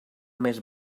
més